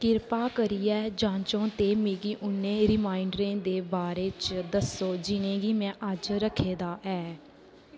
किरपा करियै जांचो ते मिगी उ'नें रिमाइंडरें दे बारे च दस्सो जि'नेंगी में अज्ज रक्खे दा ऐ